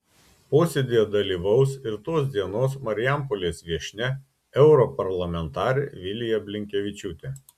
posėdyje dalyvaus ir tos dienos marijampolės viešnia europarlamentarė vilija blinkevičiūtė